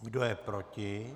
Kdo je proti?